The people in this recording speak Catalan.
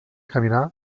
caminar